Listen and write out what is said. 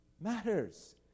matters